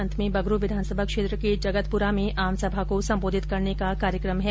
अंत में बगरू विधानसभा क्षेत्र के जगतपुरा में आमसभा को संबोधित करने का कार्यकम है